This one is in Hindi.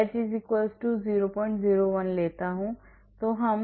मान लीजिए मैं h 001 लेता हूं